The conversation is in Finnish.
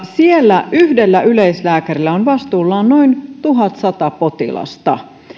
siellä yhdellä yleislääkärillä on vastuullaan noin tuhatsata potilasta